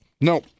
No